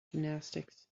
gymnastics